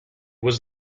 was